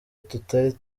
tutagira